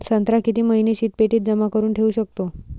संत्रा किती महिने शीतपेटीत जमा करुन ठेऊ शकतो?